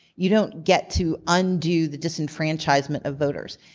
you don't get to undo the disenfranchisement of voters.